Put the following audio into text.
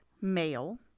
male